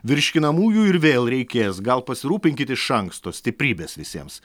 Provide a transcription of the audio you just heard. virškinamųjų ir vėl reikės gal pasirūpinkit iš anksto stiprybės visiems